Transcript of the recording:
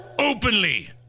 openly